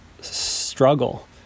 struggle